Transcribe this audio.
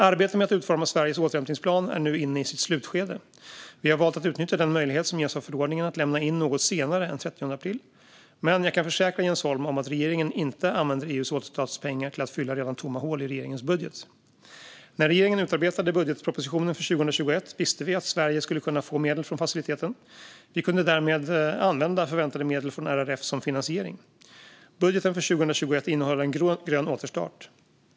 Arbetet med att utforma Sveriges återhämtningsplan är nu inne i sitt slutskede. Vi har valt att utnyttja den möjlighet som ges av förordningen att lämna in något senare än den 30 april. Men jag kan försäkra Jens Holm om att regeringen inte använder EU:s återstartspengar till att fylla redan tomma hål i regeringens budget. När regeringen utarbetade budgetpropositionen för 2021 visste vi att Sverige skulle kunna få medel från faciliteten. Vi kunde därmed använda förväntade medel från RRF som finansiering. Budgeten för 2021 innehöll en grön återstart.